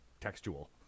textual